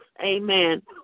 amen